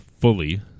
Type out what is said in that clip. fully